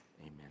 Amen